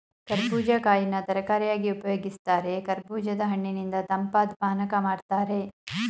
ಕರ್ಬೂಜ ಕಾಯಿನ ತರಕಾರಿಯಾಗಿ ಉಪಯೋಗಿಸ್ತಾರೆ ಕರ್ಬೂಜದ ಹಣ್ಣಿನಿಂದ ತಂಪಾದ್ ಪಾನಕ ಮಾಡ್ತಾರೆ